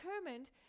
determined